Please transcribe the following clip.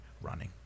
running